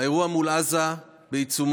האירוע מול עזה בעיצומו.